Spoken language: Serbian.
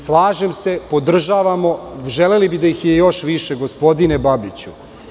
Slažem se, podržavamo, želeli bi da ih je još više, gospodine Babiću.